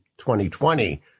2020